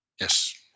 Yes